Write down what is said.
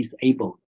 disabled